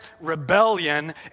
rebellion